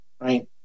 right